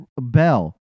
Bell